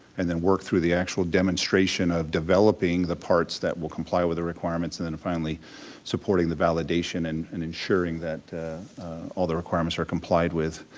and then work through the actual demonstration of developing the parts that will comply with the requirements, and then finally supporting the validation and and ensuring that all the requirements are complied with.